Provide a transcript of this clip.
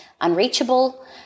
unreachable